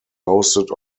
hosted